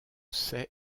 sait